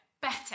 better